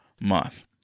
month